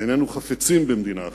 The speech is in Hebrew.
ואיננו חפצים במדינה אחרת,